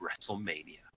Wrestlemania